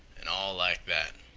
an' all like that.